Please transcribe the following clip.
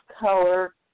color